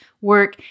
work